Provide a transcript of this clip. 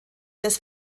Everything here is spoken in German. des